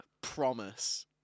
Promise